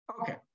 Okay